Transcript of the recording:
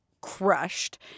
crushed